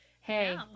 hey